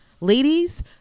Ladies